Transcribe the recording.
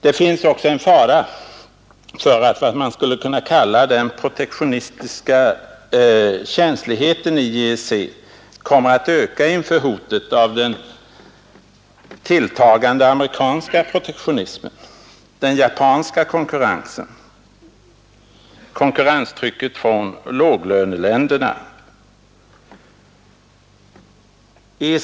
Det finns också en fara för att vad man skulle kunna kalla den protektionistiska känsligheten i EEC kommer att öka inför hotet av den tilltagande amerikanska protektionismen, den japanska konkurrensen, konkurrenstrycket från låglöneländerna etc.